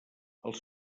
els